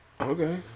Okay